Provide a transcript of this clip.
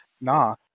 Nah